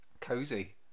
Cozy